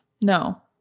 No